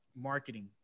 marketing